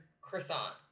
croissant